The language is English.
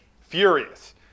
furious